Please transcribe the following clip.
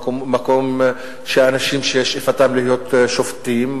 מקום של אנשים ששאיפתם להיות שופטים,